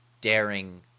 daring